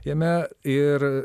jame ir